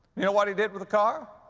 know what he did with the car?